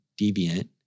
deviant